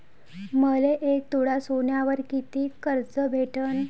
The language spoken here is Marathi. मले एक तोळा सोन्यावर कितीक कर्ज भेटन?